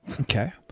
Okay